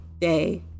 day